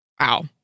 Wow